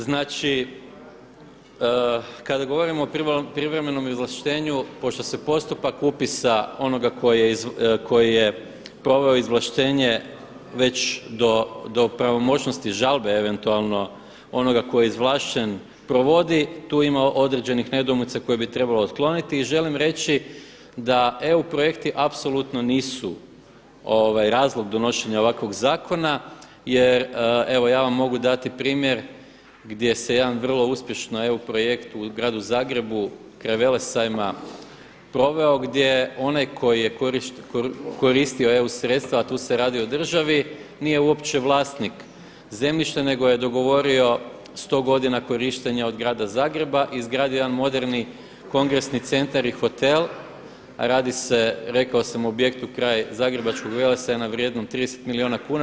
Znači kada govorimo o privremenom izvlaštenju pošto se postupak upisa onoga koji je proveo izvlaštenje već do pravomoćnosti žalbe eventualno onoga tko je izvlašćen provodi, tu ima određenih nedoumica koje bi trebalo otkloniti i želim reći da eu projekti apsolutno nisu razlog donošenja ovakvog zakona jer evo ja vam mogu dati primjer gdje se jedan vrlo uspješno eu projekt u gradu Zagrebu kraj Velesajma proveo gdje onaj koji je koristio eu sredstva, a tu se radi o državi nije uopće vlasnik zemljišta nego je dogovorio 100 godina korištenja od grada Zagreba i izgradio jedan moderni kongresni centar i hotel, a radi se rekao sam o objektu kraj zagrebačkog Velesajma vrijednom 30 milijuna kuna.